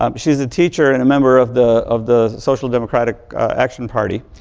um she was a teacher and a member of the of the social democratic action party.